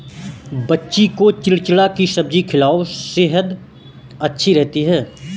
बच्ची को चिचिण्डा की सब्जी खिलाओ, सेहद अच्छी रहती है